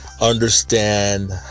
Understand